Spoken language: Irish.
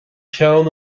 peann